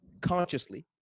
consciously